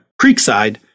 Creekside